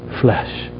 flesh